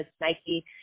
Nike